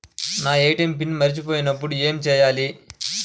నా ATM PIN మరచిపోయినప్పుడు ఏమి చేయాలి?